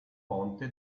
ponte